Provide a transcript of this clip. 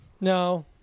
No